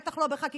בטח לא בחקיקה,